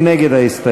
מי נגד ההסתייגות?